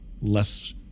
less